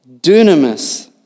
dunamis